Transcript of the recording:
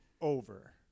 Over